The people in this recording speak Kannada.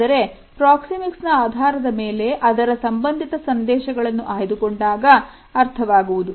ಆದರೆ ಪ್ರಾಕ್ಸಿಮಿಕ್ಸ್ ನ ಆಧಾರದ ಮೇಲೆ ಅದರ ಸಂಬಂಧಿತ ಸಂದೇಶಗಳನ್ನು ಆಯ್ದುಕೊಂಡಾಗ ಅರ್ಥವಾಗುವುದು